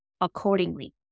accordingly